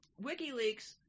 WikiLeaks